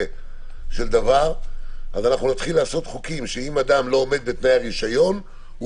של דבר אנחנו נתחיל לעשות חוקים שאם אדם לא עומד בתנאי הרישיון הוא